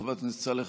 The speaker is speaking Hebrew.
חברת הכנסת סאלח,